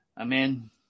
Amen